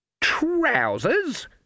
Trousers